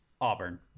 Auburn